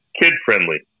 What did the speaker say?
kid-friendly